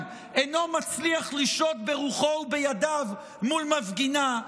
אינו מצליח לשלוט ברוחו ובידיו מול מפגינה,